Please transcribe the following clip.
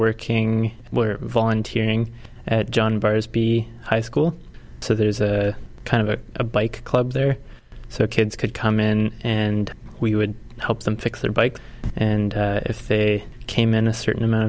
working were volunteering john various be high school so there's kind of a bike club there so kids could come in and we would help them fix their bike and if they came in a certain amount